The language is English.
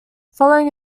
following